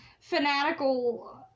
Fanatical